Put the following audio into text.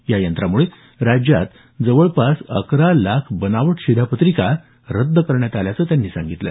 या यंत्रामुळे राज्यात जवळपास अकरा लाख बनावट शिधापत्रिका रद्द करण्यात आल्याचं त्यांनी सांगितलं